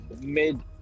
mid